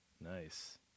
Nice